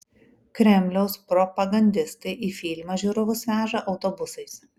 kremliaus propagandistai į filmą žiūrovus veža autobusais